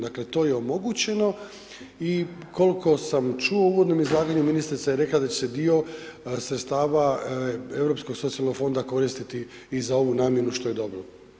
Dakle to je omogućeno i koliko sam čuo u uvodnom izlaganju ministrica je rekla da će se dio sredstava Europskog socijalnog fonda koristiti i za ovu namjenu što je dobro.